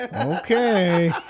Okay